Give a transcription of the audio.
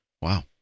wow